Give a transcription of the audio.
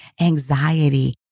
anxiety